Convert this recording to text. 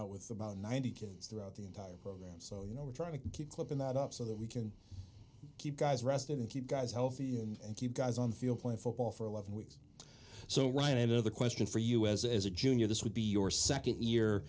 out with about ninety kids throughout the entire program so you know we're trying to keep clipping that up so that we can keep guys rested and keep guys healthy and keep guys on the field playing football for eleven weeks so right end of the question for us as a junior this would be your second year